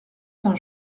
saint